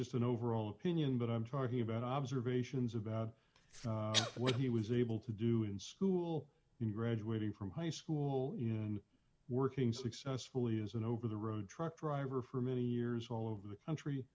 just an overall opinion but i'm talking about observations about what he was able to do in school in graduating from high school in working successfully as an over the road truck driver for many years all over the country